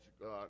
God